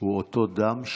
הוא אותו דם.